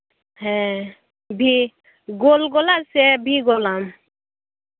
ᱦᱮᱸ ᱵᱷᱤ ᱜᱳᱞ ᱜᱳᱞᱟ ᱥᱮ ᱵᱷᱤ ᱜᱳᱞᱟᱢ